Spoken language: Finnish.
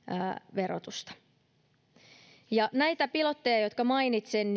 verotusta näihin pilotteihin jotka mainitsin